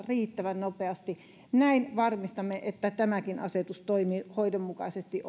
riittävän nopeasti näin varmistamme että tämäkin asetus toimii hoidon mukaisesti